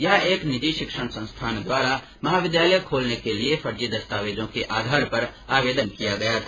यहां एक निजी शिक्षण संस्थान द्वारा महाविद्यालय खोलने के लिए फर्जी दस्तावेजों के आधार पर आवेदन किया गया था